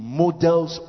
models